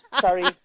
sorry